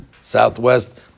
southwest